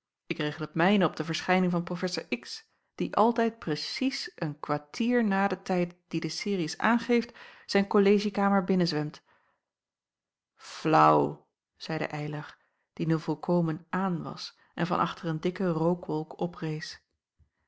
ik regel het mijne op de verschijning van professor x die altijd precies een kwartier na den tijd dien de seriës aangeeft zijn kollegie kamer binnen laauw zeide eylar die nu volkomen aan was en van achter een dikke rookwolk oprees